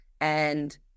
And-